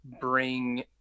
bring